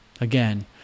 again